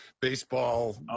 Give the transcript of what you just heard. baseball